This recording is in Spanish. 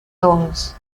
todos